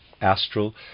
astral